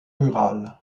rural